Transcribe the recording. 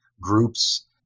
groups